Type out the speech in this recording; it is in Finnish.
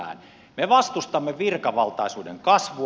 me vastustamme virkavaltaisuuden kasvua